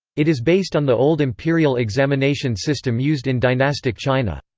it is based on the old imperial examination system used in dynastic china.